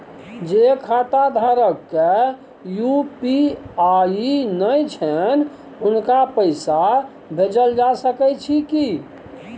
जे खाता धारक के यु.पी.आई नय छैन हुनको पैसा भेजल जा सकै छी कि?